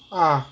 ah